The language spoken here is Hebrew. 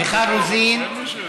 מיכל רוזין,